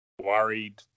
worried